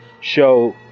show